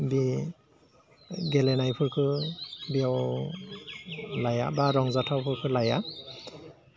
बे गेलेनायफोरखो बेयाव लायाबा रंजाथावफोरखौ लाया